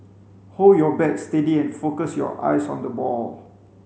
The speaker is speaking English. hold your bat steady and focus your eyes on the ball